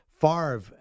Favre